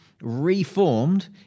reformed